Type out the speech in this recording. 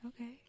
Okay